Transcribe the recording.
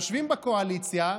יושבים בקואליציה,